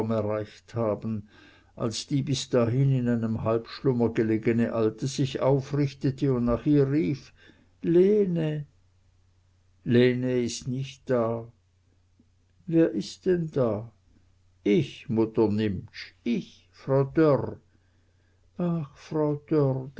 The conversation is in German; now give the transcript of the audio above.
erreicht haben als die bis dahin in einem halbschlummer gelegene alte sich aufrichtete und nach ihr rief lene lene is nich da wer is denn da ich mutter nimptsch ich frau dörr ach frau dörr